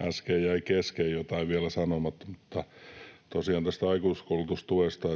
äsken jäi kesken ja jotain vielä sanomatta. Mutta tosiaan tästä aikuiskoulutustuesta: